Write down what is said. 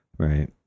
Right